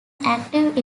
active